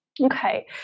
Okay